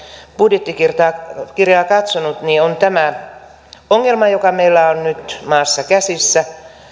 budjettikirjaa katsonut on tämä ongelma joka meillä on nyt maassa käsissä